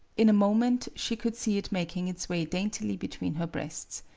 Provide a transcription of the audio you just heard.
in a moment she could see it making its way daintily between her breasts.